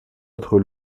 autre